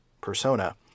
persona